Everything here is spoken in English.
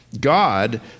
God